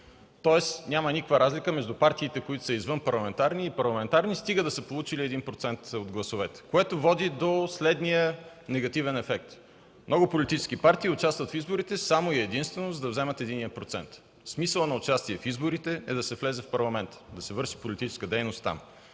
Тоест няма никаква разлика между партиите, които са извънпарламентарни и парламентарни, стига да са получили 1% от гласовете. Това води до следния негативен ефект. Много политически партии участват в изборите само и единствено да вземат единия процент. Смисълът за участие в изборите е да се влезе в Парламента, да се върши политическа дейност там,